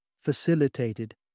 facilitated